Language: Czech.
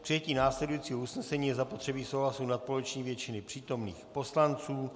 K přijetí následujícího usnesení je zapotřebí souhlasu nadpoloviční většiny přítomných poslanců.